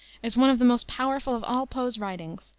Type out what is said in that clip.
is one of the most powerful of all poe's writings,